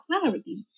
clarity